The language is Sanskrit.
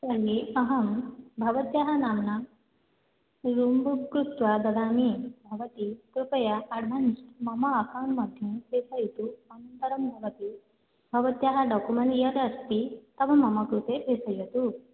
तर्हि अहं भवत्याः नाम्ना रूम् बुक् कृत्वा ददामि भवती कृपया एड्वान्स् मम अकौण्ट् मध्ये प्रेषयतु अनन्तरं भवती भवत्याः डाकुमेण्ट् यत् अस्ति तत् मम कृते प्रेषयतु